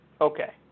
Okay